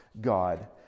God